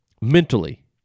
mentally